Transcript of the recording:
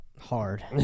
hard